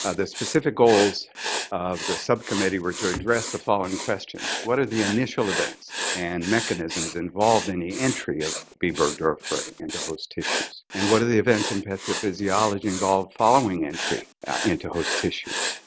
ah the specific goals of the subcommittee were to address the following questions. what are the initial events and mechanisms involved in the entry of b. burgdorferi into host tissues? and what are the events and pathophysiology involved following entry into host tissues?